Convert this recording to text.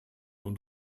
und